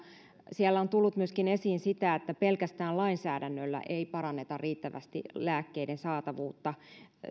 siellä on tullut esiin myöskin sitä että pelkästään lainsäädännöllä ei paranneta riittävästi lääkkeiden saatavuutta